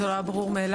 זה לא היה ברור מאליו.